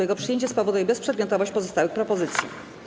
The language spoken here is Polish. Jego przyjęcie spowoduje bezprzedmiotowość pozostałych propozycji.